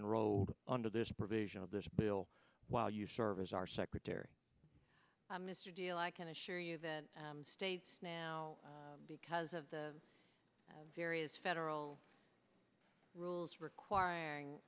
enrolled under this provision of this bill while you serve as our secretary mr deal i can assure you that states now because of the serious federal rules requiring